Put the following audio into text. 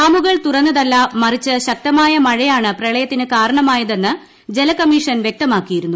ഡാമുകൾ തുറന്നതല്ല മറിച്ച് ശക്തമായ മഴയാണ് പ്രളയത്തിന് കാരണമായതെന്ന് ജലകമ്മിഷൻ വ്യക്തമാക്കിയിരുന്നു